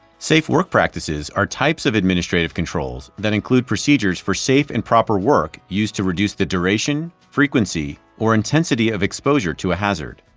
safe work practices are types of administrative controls that include procedures for safe and proper work used to reduce the duration, frequency or intensity of exposure to a hazard.